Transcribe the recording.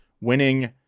winning